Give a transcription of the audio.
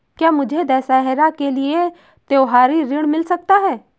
क्या मुझे दशहरा के लिए त्योहारी ऋण मिल सकता है?